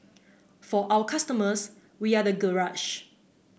for our customers we are the garage